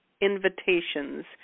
invitations